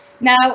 Now